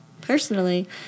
personally